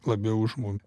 labiau už mumi